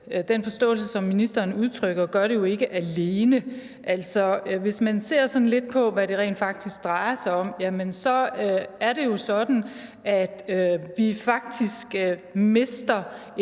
den forståelse, som ministeren udtrykker, jo ikke gør det alene. Hvis man ser sådan lidt på, hvad det rent faktisk drejer sig om, jamen så er det jo sådan, at vi faktisk mister